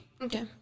Okay